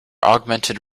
augmented